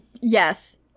Yes